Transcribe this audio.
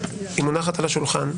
היא מונחת על השולחן,